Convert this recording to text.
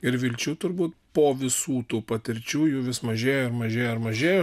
ir vilčių turbūt po visų tų patirčių jų vis mažėjo ir mažėjo ir mažėjo